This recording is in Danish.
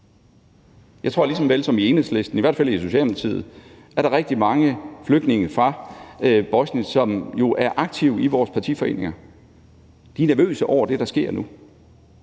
Jeg tror, at der i Enhedslisten lige så vel som i Socialdemokratiet er rigtig mange flygtninge fra Bosnien, som er aktive i vores partiforeninger. De er nervøse over det, der sker nu.